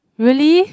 really